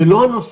זה לא הנושא.